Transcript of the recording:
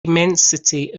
immensity